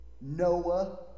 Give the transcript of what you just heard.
Noah